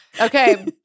Okay